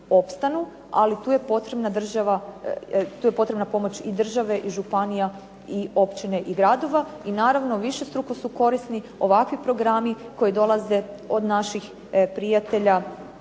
ali tu je potrebna pomoć i države i županija i općine i gradova. I naravno višestruko su korisni ovakvi programi koji dolaze od naših prijatelja